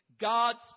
God's